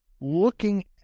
looking